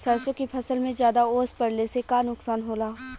सरसों के फसल मे ज्यादा ओस पड़ले से का नुकसान होला?